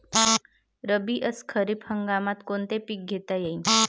रब्बी अस खरीप हंगामात कोनचे पिकं घेता येईन?